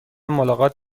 ملاقات